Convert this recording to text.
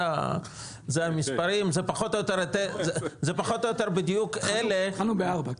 זה פחות או יותר בדיוק אלה -- התחלנו בארבע,